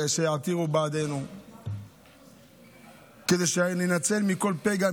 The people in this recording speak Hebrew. ושיעתירו בעדנו כדי שנינצל מכל פגע,